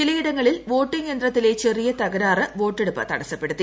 ചിലയിടങ്ങളിൽ വോട്ടിംഗ് യന്ത്രത്തിലെ ചെറിയ തകരാറ് വോട്ടെടുപ്പ് ത്ട്സ്സപ്പെടുത്തി